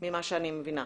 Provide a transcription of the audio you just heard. ברור ממה שאני מבינה.